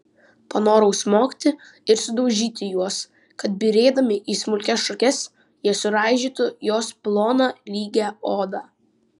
panorau smogti ir sudaužyti juos kad byrėdami į smulkias šukes jie suraižytų jos ploną lygią odą